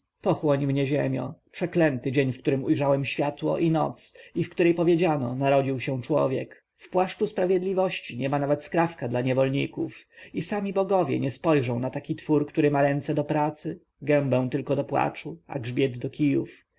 pochłoń mnie ziemio przeklęty dzień w którym ujrzałem światło i noc w której powiedziano narodził się człowiek w płaszczu sprawiedliwości niema nawet skrawka dla niewolników i sami bogowie nie spojrzą na taki twór który ma ręce do pracy gębę tylko do płaczu a grzbiet